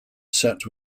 sat